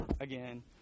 again